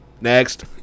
Next